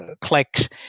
clicks